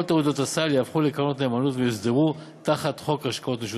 כל תעודות הסל יהפכו לקרנות נאמנות ויוסדרו תחת חוק השקעות משותפות.